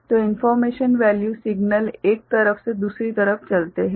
तो information value - signal एक तरफ से दूसरी तरफ चलते हैं